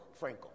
Frankel